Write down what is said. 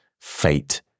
fate